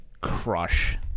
crush